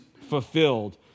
fulfilled